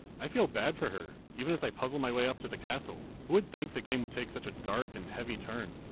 i feel bad for her. even as i puzzle my way up to the castle, who would think the game would take such a dark and heavy turn?